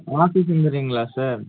ஆஃபீஸ்க்கு நீங்கள் வர்றீங்களா சார்